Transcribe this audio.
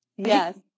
Yes